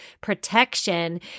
protection